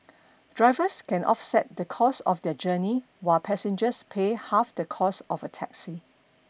drivers can offset the cost of their journey while passengers pay half the cost of a taxi